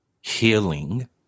healing